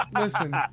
listen